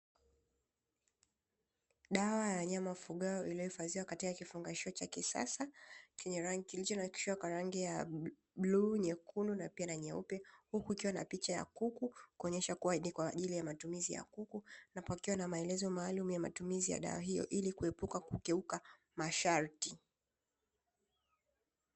Dawa ya wanyama wafugwao iliyohifadhiwa katika kifungashio cha kisasa chenye rangi kilichonakshiwa kwa rangi ya bluu, nyekundu na pia na nyeupe. Huku ikiwa na picha kuku kuonyesha kuwa ni kwa ajili ya matumizi ya kuku na pakiwa na maelezo ya matumizi ya dawa hiyo ili kuepuka kukiuka masharti.